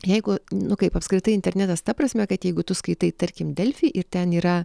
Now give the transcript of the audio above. jeigu nu kaip apskritai internetas ta prasme kad jeigu tu skaitai tarkim delfi ir ten yra